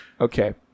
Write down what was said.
Okay